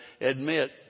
admit